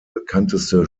bekannteste